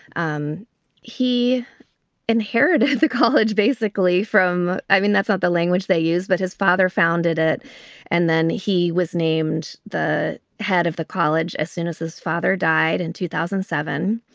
um he inherited the college basically from i mean, that's not the language they use, but his father founded it and then he was named the head of the college as soon as his father died in two thousand and seven.